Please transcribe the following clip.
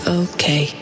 okay